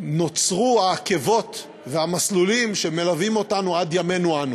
נוצרו העקבות והמסלולים שמלווים אותנו עד ימינו אנו.